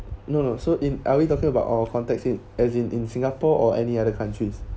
no no so in are we talking about our context it as in singapore or any other countries